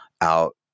out